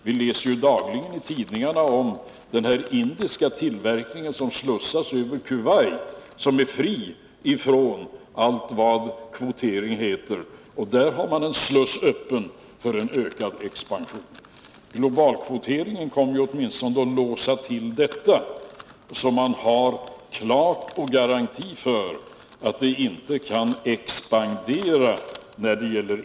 Vi läser dagligen i tidningarna om denna indiska tillverkning som slussas över Kuwait, som är fritt från allt vad kvotering heter. Där har man en sluss öppen för ökad expansion. Globalkvoteringen skulle åtminstone stänga sådana slussar, så att vi får klara garantier för att importen från lågprisländerna inte kan expandera.